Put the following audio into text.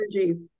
energy